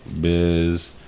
Biz